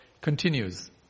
continues